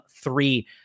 three